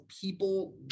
people